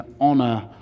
honor